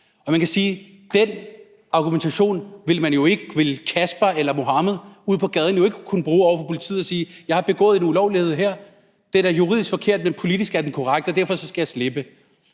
Og man kan sige, at den argumentation ville Kasper eller Mohammed ude på gaden jo ikke kunne bruge over for politiet, altså sige: Jeg har begået en ulovlighed her; den er juridisk forkert, men politisk er den korrekt, og derfor skal jeg slippe.